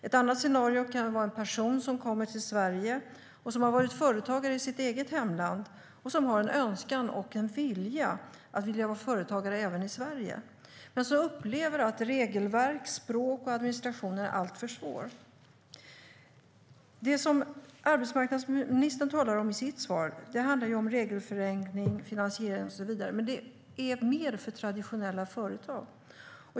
Ett annat scenario kan vara att en person som kommer till Sverige har varit företagare i sitt eget hemland och har en önskan och en vilja att vara företagare även i Sverige, men upplever att regelverk, språk och administration är alltför svårt. Det som arbetsmarknadsministern tar upp i sitt svar gäller regelförenkling, finansiering och så vidare, men det är mer för traditionella företag.